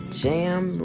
jam